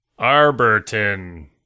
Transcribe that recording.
Arberton